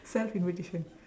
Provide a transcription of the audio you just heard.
self invitation